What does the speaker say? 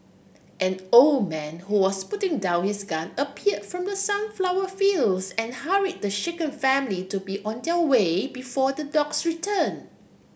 an old man who was putting down his gun appear from the sunflower fields and hurry the shaken family to be on their way before the dogs return